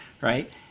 right